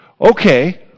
Okay